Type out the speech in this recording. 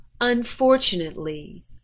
Unfortunately